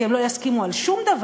כי הם לא יסכימו על שום דבר.